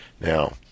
Now